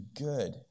good